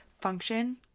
function